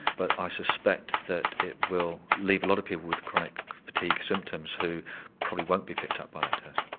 but i suspect that it will leave a lot of people with chronic fatigue symptoms who probably won't be picked up by that test.